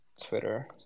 Twitter